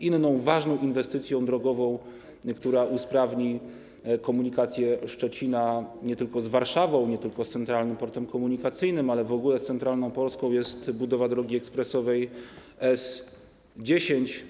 Inną ważną inwestycją drogową, która usprawni komunikację Szczecina nie tylko z Warszawą, nie tylko z Centralnym Portem Komunikacyjnym, ale w ogóle z centralną Polską, jest budowa drogi ekspresowej S10.